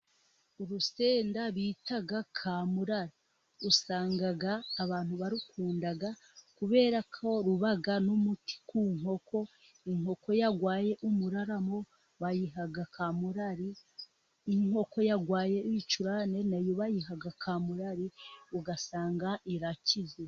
Urusenda bita kamura, usanga abantu barukunda kubera ko ruba n'umuti ku nkoko, inkoko yarwaye umuraramo bayiha kamurari, iyo inkoko yarwaye ibicurane nayo bayiha kamurari, ugasanga irakize.